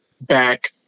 back